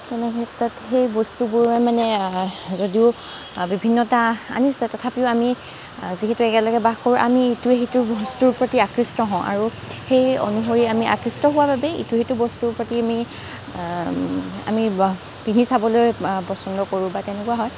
তেনেক্ষেত্ৰত সেই বস্তুবোৰে মানে যদিও বিভিন্নতা আনিছে তথাপিও আমি যিহেতু একেলগে বাস কৰোঁ আমি ইটোয়ে সিটোৰ বস্তুৰ প্ৰতি আকৃষ্ট হওঁ আৰু সেই অনুসৰি আমি আকৃষ্ট হোৱাৰ বাবেই ইটো সিটো বস্তুৰ প্ৰতি আমি পিন্ধি চাবলৈ পচন্দ কৰোঁ বা তেনেকুৱা হয়